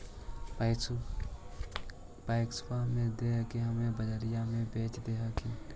पैक्सबा मे दे हको की बजरिये मे बेच दे हखिन?